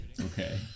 Okay